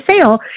sale